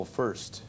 first